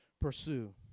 pursue